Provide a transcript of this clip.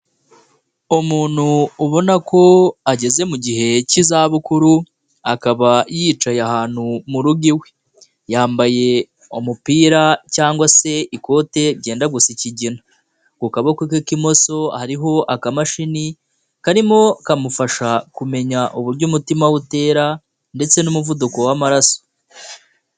Umuntu ubona ko ageze mu gihe cy'izabukuru, akaba yicaye ahantu mu rugo iwe. Yambaye umupira cyangwa se ikote byenda gusa ikigina. Ku kaboko ke k'imoso hariho akamashini karimo kamufasha kumenya uburyo umutima we utera ndetse n'umuvuduko w'amaraso.